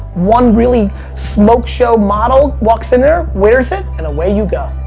one really smokeshow model walks in there, wears it, and away you go.